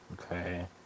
Okay